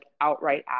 outright